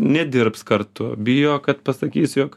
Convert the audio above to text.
nedirbs kartu bijo kad pasakys jog